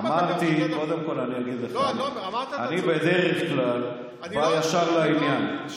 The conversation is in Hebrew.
אני בדרך כלל בא ישר לעניין.